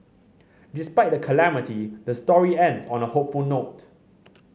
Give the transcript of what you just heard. despite the calamity the story ends on a hopeful note